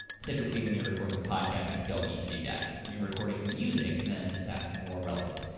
typically when you're recording a podcast, you don't need to do that. when you're recording music, then that's more relevant.